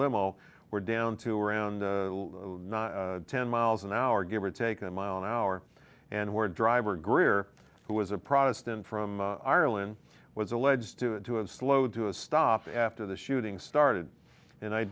limo were down to around not ten miles an hour give or take a mile an hour and where driver greer who was a protestant from ireland was alleged to have slowed to a stop after the shooting started and i